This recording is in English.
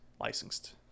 licensed